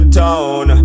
town